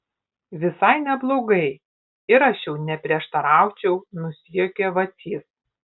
visai neblogai ir aš jau neprieštaraučiau nusijuokė vacys